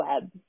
Web